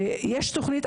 יש תוכנית.